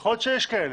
יכול להיות שיש כאלה,